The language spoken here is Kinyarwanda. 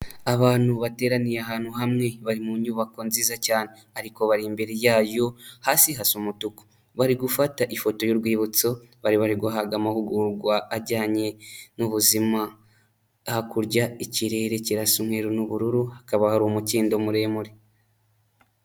Abantu bateraniye ahantu hamwe, bari mu nyubako nziza cyane ariko bari imbere yayo, hasi hasa umutuku. Bari gufata ifoto y'urwibutso, bari bari guhabwa amahugurwa ajyanye n'ubuzima, hakurya ikirere kirasa umweru n'ubururu, hakaba hari umukindo muremure.